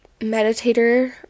meditator